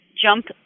jump